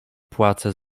płacę